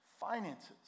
finances